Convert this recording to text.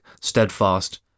steadfast